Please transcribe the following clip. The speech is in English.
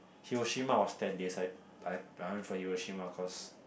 Hiroshima was ten days I I I went for Hiroshima cause